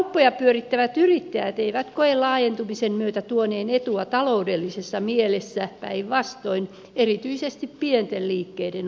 kauppoja pyörittävät yrittäjät eivät koe laajentumisen tuoneen etua taloudellisessa mielessä päinvastoin erityisesti pienten liikkeiden osalta